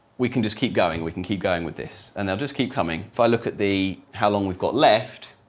we can just keep going, we can keep going with this. and they'll just keep coming. if i look at the. how long we've got left,